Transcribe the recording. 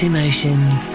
Emotions